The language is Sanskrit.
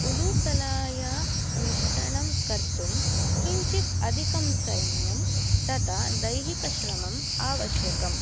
उलुखलया मिश्रणं कर्तुं किञ्चित् अधिकं समयं तथा दैहिकश्रमम् आवश्यकम्